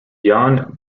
jan